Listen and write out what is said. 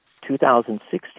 2016